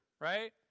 right